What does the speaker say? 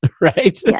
right